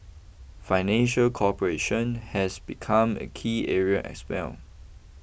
financial cooperation has become a key area as well